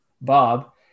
Bob